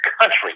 country